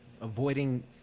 avoiding